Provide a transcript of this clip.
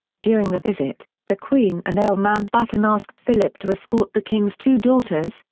during the visit, the queen and earl mountbatten asked philip to escort the king's two daughters,